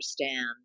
understand